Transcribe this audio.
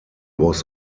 was